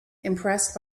impressed